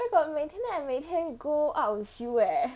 where got 每天 I 每天 go out with you eh